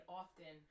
often